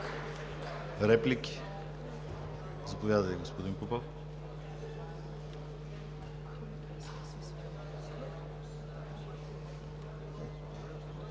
Реплики? Заповядайте, господин Попов.